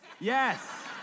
yes